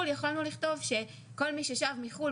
לארץ יכולנו לכתוב שכל מי ששב מחוץ לארץ,